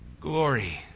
glory